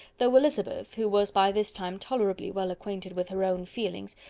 though elizabeth, who was by this time tolerably well acquainted with her own feelings,